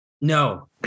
No